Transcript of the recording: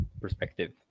perspective